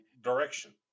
direction